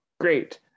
Great